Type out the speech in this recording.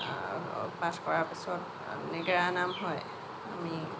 পাঠ কৰাৰ পিছত নেগেৰা নাম হয় আমি